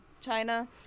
China